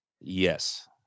Yes